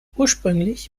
ursprünglich